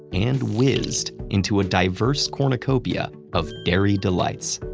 and whizzed into a diverse cornucopia of dairy delights.